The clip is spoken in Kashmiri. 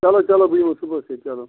چَلو چَلو بہٕ یِمہو صُبحس تیٚلہٕ چَلو